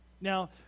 Now